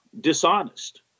dishonest